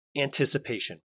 Anticipation